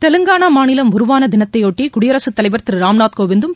தெலுங்கானா மாநிலம் உருவான தினத்தையொட்டி குடியரசுத்தலைவர் திரு ராம்நாத் கோவிந்தும்